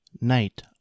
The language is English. Night